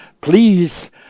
please